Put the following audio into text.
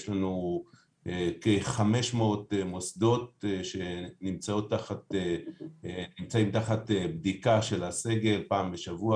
יש לנו כ-500 מוסדות שנמצאים תחת בדיקה של הסגל פעם בשבוע,